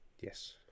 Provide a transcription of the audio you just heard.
Yes